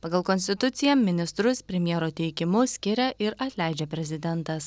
pagal konstituciją ministrus premjero teikimu skiria ir atleidžia prezidentas